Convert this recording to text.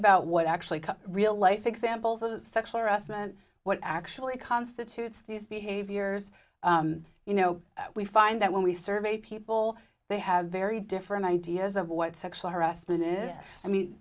about what actually cut real life examples of sexual harassment what actually constitutes these behaviors you know we find that when we survey people they have very different ideas of what sexual harassment i